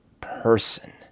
person